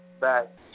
back